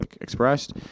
expressed